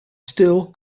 still